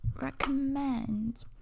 recommend